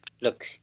look